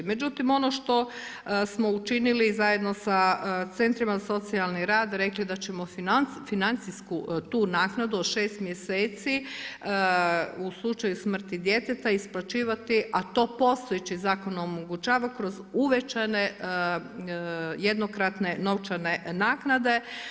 Međutim, ono što smo učinili zajedno sa centrima za socijalni rad, rekli da ćemo financijsku tu naknadu od 6 mjeseci u slučaju smrti djeteta isplaćivati a to postojeći zakon omogućava kroz uvećane jednokratne novčane naknade.